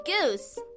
Goose